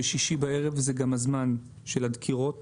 ששישי בערב זה גם הזמן של הדקירות